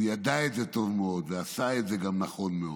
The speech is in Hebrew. הוא ידע את זה טוב מאוד ועשה את זה גם נכון מאוד,